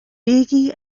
bígí